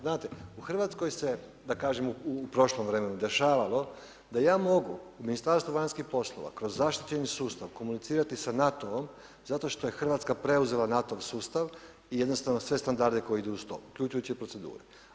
Znate, u Hrvatskoj se da kažem u prošlom vremenu dešavalo da ja mogu u Ministarstvu vanjskih poslova kroz zaštićeni sustav komunicirati sa NATO-om zato što je Hrvatska preuzela NATO-ov sustav i jednostavno sve standarde koji idu uz to uključujući i procedure.